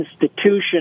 institution